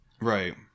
Right